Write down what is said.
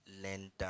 lender